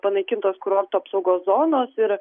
panaikintos kurorto apsaugos zonos ir